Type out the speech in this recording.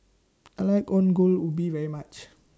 I like Ongol Ubi very much